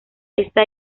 está